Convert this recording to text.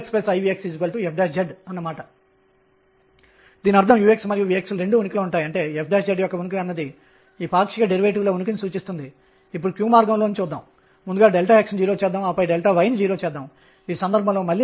మీరు ఈ సంఖ్యను లెక్కించవచ్చు ఇది ఖచ్చితంగా బోర్ మోడల్ మాదిరిగానే ఉంటుంది అది మీకు ఏమి ఇస్తుంది అయితే ఇప్పుడు దీనిని విశ్లేషిద్దాం విల్సన్ క్వాంటం కండిషన్ లు 2 క్వాంటం సంఖ్యలను ఇస్తాయి